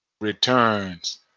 returns